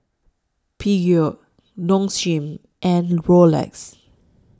Peugeot Nong Shim and Rolex